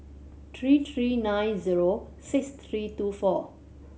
three three nine zero six three two four